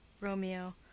Romeo